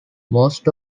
most